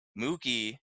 Mookie